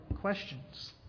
questions